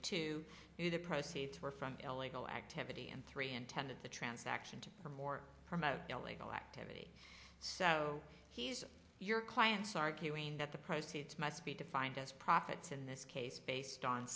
to be the proceeds were from illegal activity and three intended the transaction to promote promote illegal activity so he's your clients arguing that the price to be defined as profits in this case based on